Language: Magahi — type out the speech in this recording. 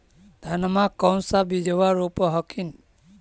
धनमा कौन सा बिजबा रोप हखिन?